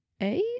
eight